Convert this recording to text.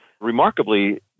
remarkably